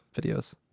videos